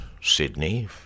Sydney